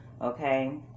Okay